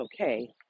okay